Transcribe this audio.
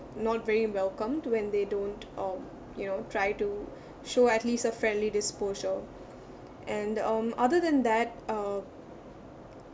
not very welcomed when they don't um you know try to show at least a friendly disposure and um other than that uh